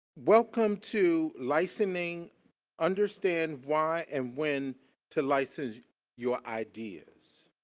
welcome to licensing understand why and when to license your ideas